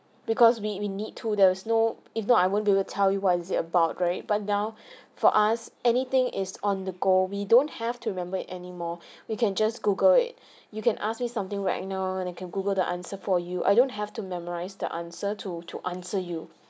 because we we need to there was know if not I won't be will tell you was it about right but now for us anything is on the go we don't have to remember it anymore we can just google it you can ask me something right you know and I can google the answer for you I don't have to memorise the answer to to answer you